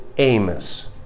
Amos